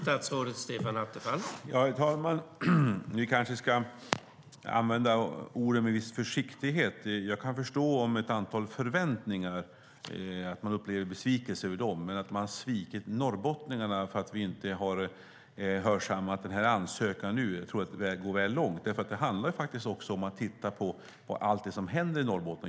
Herr talman! Vi kanske ska använda orden med viss försiktighet. Jag kan förstå att man upplever besvikelse över att ett antal förväntningar inte infriats, men att säga att vi har svikit norrbottningarna för att vi inte har hörsammat den här ansökan tror jag är att gå väl långt. Det handlar faktiskt om att titta på allt det som händer i Norrbotten.